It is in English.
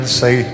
say